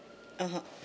(uh huh)